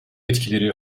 etkileri